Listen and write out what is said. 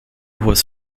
was